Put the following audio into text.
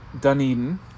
Dunedin